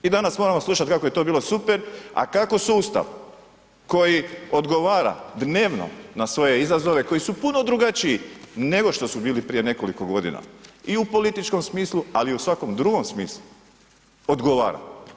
I danas moramo slušati kako je to bilo super a kako sustav koji odgovara dnevno na svoje izazove koji su puno drugačiji nego što su bili prije nekoliko godina i u političkom smislu ali i u svakom drugom smislu odgovara.